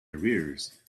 arrears